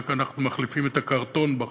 ואנחנו רק מחליפים את הקרטון בחוץ.